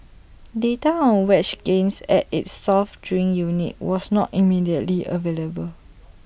data on wage gains at its soft drink unit was not immediately available